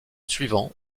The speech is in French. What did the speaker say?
suivant